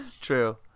true